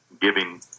giving